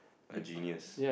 a genius